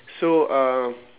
so uh